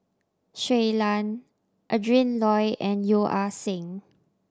Shui Lan Adrin Loi and Yeo Ah Seng